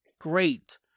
Great